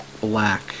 black